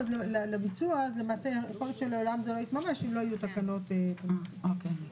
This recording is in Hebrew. אני לא אומרת שלא אבל לא להביא לכאן טיוטות ולהסתמך עליהן.